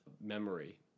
memory